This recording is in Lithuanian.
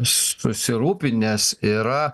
susirūpinęs yra